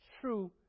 true